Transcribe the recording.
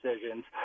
decisions